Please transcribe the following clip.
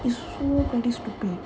they so bloody stupid